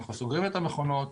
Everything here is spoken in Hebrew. אנחנו סוגרים את המכונות,